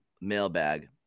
mailbag